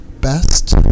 best